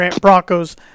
Broncos